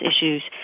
issues